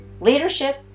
Leadership